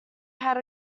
had